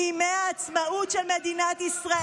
בימי העצמאות של מדינת ישראל,